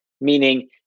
meaning